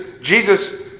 Jesus